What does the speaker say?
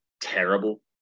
terrible